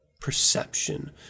perception